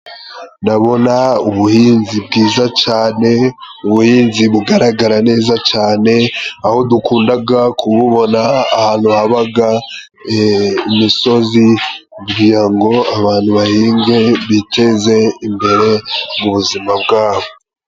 Ndabona ubuhinzi bwiza cane! Ubuhinzi bugaragara neza cane! Aho dukundaga kububona ahantu habaga e imisozi, kugira ngo abantu bahinge, biteze imbere mu buzima bwabo.